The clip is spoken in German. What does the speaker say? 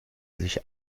sich